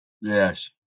Yes